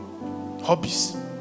Hobbies